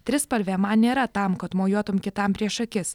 trispalvė man nėra tam kad mojuotum kitam prieš akis